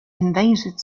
invasive